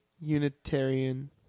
Unitarian